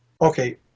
Okay